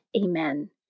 Amen